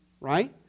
right